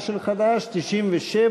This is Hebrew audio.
של חד"ש, הוסרה.